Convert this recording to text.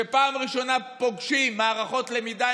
שפעם ראשונה פוגשים מערכות למידה,